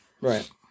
right